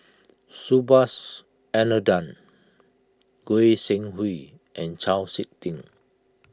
Subhas Anandan Goi Seng Hui and Chau Sik Ting